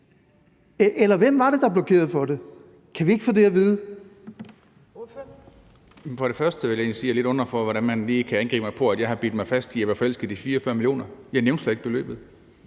eller hvem var det, der blokerede for det? Kan vi ikke få det at vide?